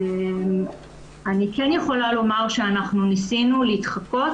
אני כן יכולה לומר שאנחנו ניסינו להתחקות